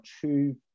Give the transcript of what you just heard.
two